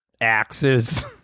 axes